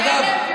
אגב,